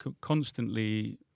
constantly